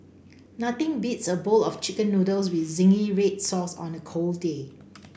nothing beats a bowl of chicken noodles with zingy red sauce on a cold day